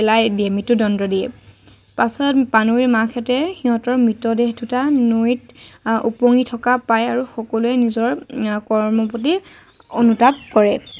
পেলাই দিয়ে মৃত্যুদণ্ড দিয়ে পাছত পানৈৰ মাকহঁতে সিহঁতৰ মৃতদেহ দুটা নৈত উপঙি থকা পায় আৰু সকলোৱে নিজৰ কৰ্মৰ প্ৰতি অনুতাপ কৰে